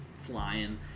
flying